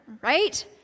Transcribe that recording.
Right